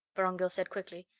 vorongil said, quickly.